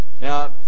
Now